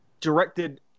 directed